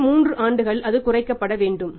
அடுத்த 3 ஆண்டுகளில் அது குறைக்கப்பட வேண்டும்